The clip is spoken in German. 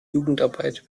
jugendarbeit